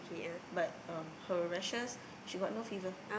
but um her rashes she got no fever